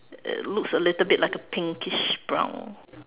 uh looks a little bit like a pinkish brown